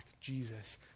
Jesus